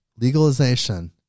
legalization